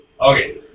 Okay